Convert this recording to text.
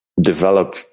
develop